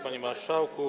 Panie Marszałku!